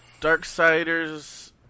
Darksiders